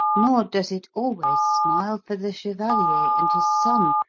nor does it always smile for the chevalier and his son.